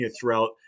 throughout